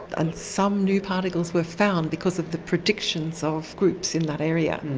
and some new particles were found because of the predictions of groups in that area.